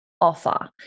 offer